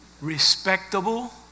Respectable